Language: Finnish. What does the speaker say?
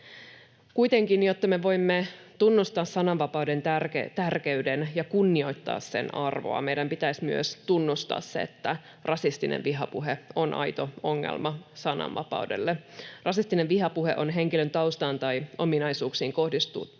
Kuitenkin, jotta me voimme tunnustaa sananvapauden tärkeyden ja kunnioittaa sen arvoa, meidän pitäisi myös tunnustaa se, että rasistinen vihapuhe on aito ongelma sananvapaudelle. Rasistinen vihapuhe on henkilön taustaan tai ominaisuuksiin kohdistettua